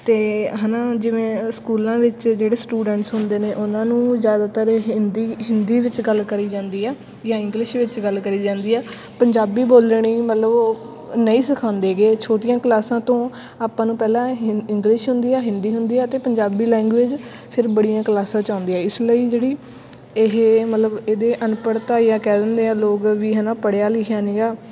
ਅਤੇ ਹੈ ਨਾ ਜਿਵੇਂ ਸਕੂਲਾਂ ਵਿੱਚ ਜਿਹੜੇ ਸਟੂਡੈਂਟਸ ਹੁੰਦੇ ਨੇ ਉਹਨਾਂ ਨੂੰ ਜ਼ਿਆਦਾਤਰ ਹਿੰਦੀ ਹਿੰਦੀ ਵਿੱਚ ਗੱਲ ਕਰੀ ਜਾਂਦੀ ਆ ਜਾਂ ਇੰਗਲਿਸ਼ ਵਿੱਚ ਗੱਲ ਕਰੀ ਜਾਂਦੀ ਆ ਪੰਜਾਬੀ ਬੋਲਣੀ ਮਤਲਬ ਓਹ ਨਹੀਂ ਸਿਖਾਉਂਦੇ ਗੇ ਛੋਟੀਆਂ ਕਲਾਸਾਂ ਤੋਂ ਆਪਾਂ ਨੂੰ ਪਹਿਲਾਂ ਹਿੰ ਇੰਗਲਿਸ਼ ਹੁੰਦੀ ਆ ਹਿੰਦੀ ਹੁੰਦੀ ਆ ਅਤੇ ਪੰਜਾਬੀ ਲੈਂਗੁਏਜ ਫਿਰ ਬੜੀਆਂ ਕਲਾਸਾਂ 'ਚ ਆਉਂਦੀ ਆ ਇਸ ਲਈ ਜਿਹੜੀ ਇਹ ਮਤਲਬ ਇਹਦੇ ਅਨਪੜ੍ਹਤਾ ਜਾਂ ਕਹਿ ਦਿੰਦੇ ਆ ਲੋਕ ਵੀ ਹੈ ਨਾ ਪੜ੍ਹਿਆ ਲਿਖਿਆ ਨਹੀਂ ਗਾ